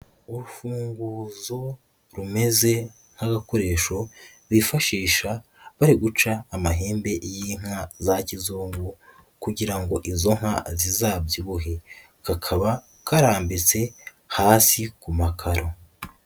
Urufunguzo rumeze nk'agakoresho bifashisha barihe guca amahembe y'inka za kizungu kugira ngo izo nka zizabyibuhe, kakaba karambitse hasi ku makaro.